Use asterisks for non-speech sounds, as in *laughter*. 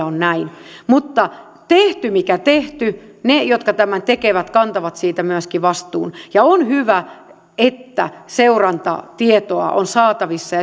*unintelligible* on näin mutta tehty mikä tehty ne jotka tämän tekevät kantavat siitä myöskin vastuun on hyvä että seurantatietoa on saatavissa *unintelligible*